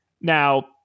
Now